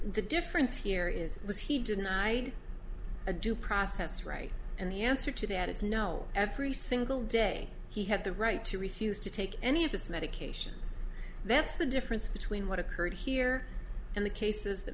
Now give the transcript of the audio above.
the difference here is was he didn't i a due process right and the answer to that is no every single day he had the right to refuse to take any of those medications that's the difference between what occurred here and the cases that